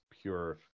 pure